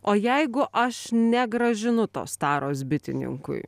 o jeigu aš negrąžinu tos taros bitininkui